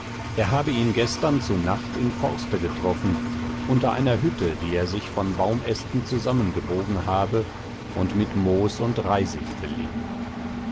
er habe ihn gestern zu nacht im forste getroffen unter einer hütte die er sich von baumästen zusammengebogen habe und mit moos und reisig belegt